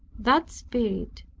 that spirit,